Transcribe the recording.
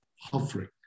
hovering